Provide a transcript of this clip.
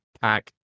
pack